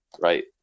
right